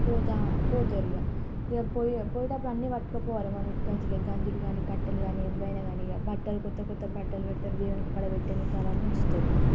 పోతా పోతారు ఇక ఇక పోయే పోయేటప్పుడు అన్నీ పట్టుకుపోవాలి మనం ఇక్కడి నుంచే గంజులు కానీ కట్టెలు కానీ ఏవైనా కానీ ఇక బట్టలు క్రొత్త క్రొత్త బట్టలు పెడతారు దేవునికి అక్కడ పెట్టానీకి అవన్నీ ఉంచుతారు